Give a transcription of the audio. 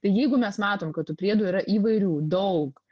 tai jeigu mes matom kad tų priedų yra įvairių daug